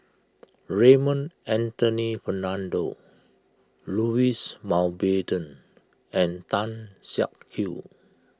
Raymond Anthony Fernando Louis Mountbatten and Tan Siak Kew